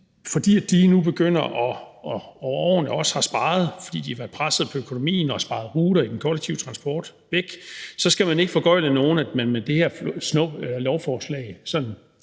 også selv kommer fra, over årene også har sparet, fordi de har været presset på økonomien og har sparet ruter i den kollektive transport væk, skal man ikke foregøgle nogen, at man med det her lovforslag